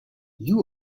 you